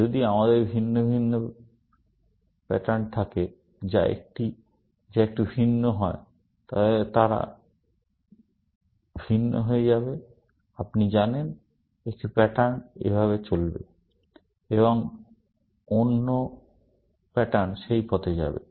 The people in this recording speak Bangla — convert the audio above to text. যদি আমাদের ভিন্ন ভিন্ন প্যাটার্ন থাকে যা একটু ভিন্ন হয় তাহলে তারা ভিন্ন হয়ে যাবে আপনি জানেন একটি প্যাটার্ন এইভাবে যাবে এবং অন্য প্যাটার্ন সেই পথে যাবে